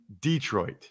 Detroit